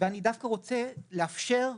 אני דווקא רוצה לאפשר לקטועים,